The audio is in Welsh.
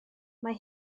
mae